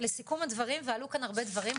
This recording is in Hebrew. אז לסיכום הדברים ועלו כאן הרבה דברים,